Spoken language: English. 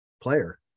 player